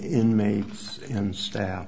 inmates and staff